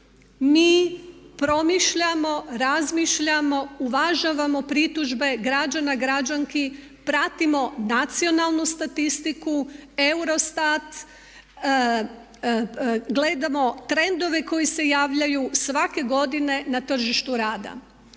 Mi promišljamo, razmišljamo, uvažavamo pritužbe građana, građanki, pratimo nacionalnu statistiku, Eurostat, gledamo trendove koji se javljaju, svake godine na tržištu rada.